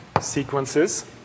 sequences